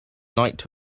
night